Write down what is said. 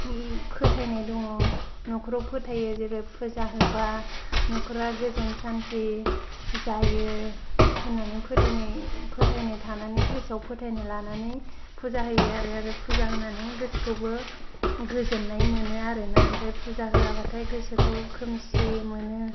फोथायनाय दङ नखराव फोथायो जेरै फुजा होबा न'खरा गोजोन सान्थि जायो होननानै फोथायनाय थानानै गोसोआव फोथायनाय लानानै फुजा होयो आरो फुजा होनानै गोसोखौबो गोजोननाय मोनो आरोना ओफ्राय फुजा होआबाथाय गोसोखौ खोमसि मोनो